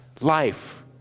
life